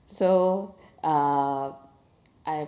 so uh I've